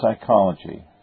Psychology